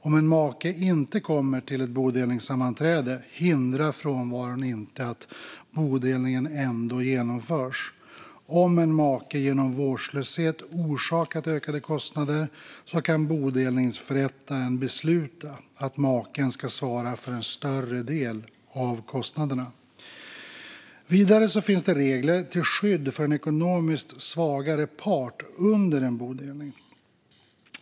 Om en make inte kommer till ett bodelningssammanträde hindrar frånvaron inte att bodelningen ändå genomförs. Om en make genom vårdslöshet orsakat ökade kostnader kan bodelningsförrättaren besluta att maken ska svara för en större del av kostnaderna. Vidare finns det regler till skydd för en ekonomiskt svagare part under en bodelning.